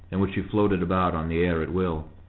in which he floated about on the air at will.